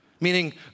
meaning